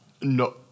No